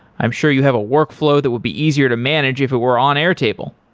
i'm sure you have a workflow that would be easier to manage if it were on air table.